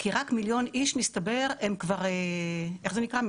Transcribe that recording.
כי רק מיליון איש מסתבר הם כבר, איך זה נקרא?